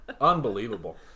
Unbelievable